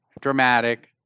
dramatic